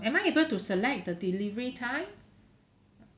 am I able to select the delivery time